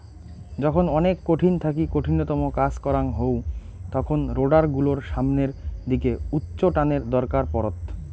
যখন অনেক কঠিন থাকি কঠিনতম কাজ করাং হউ তখন রোডার গুলোর সামনের দিকে উচ্চটানের দরকার পড়ত